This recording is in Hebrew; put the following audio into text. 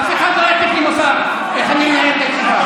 אף אחד לא יטיף לי מוסר איך אני מנהל את הישיבה.